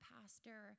Pastor